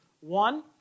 One